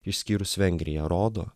išskyrus vengriją rodo